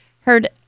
heard